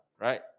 right